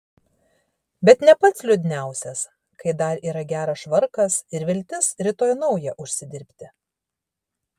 bet ne pats liūdniausias kai dar yra geras švarkas ir viltis rytoj naują užsidirbti